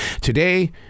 Today